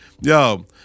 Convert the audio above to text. Yo